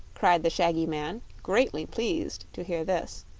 cried the shaggy man, greatly pleased to hear this.